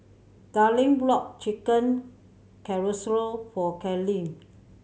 Darline bought Chicken Casserole for Kaelyn